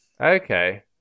okay